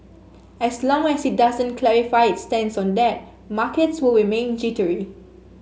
as long as it doesn't clarify its stance on that markets will remain jittery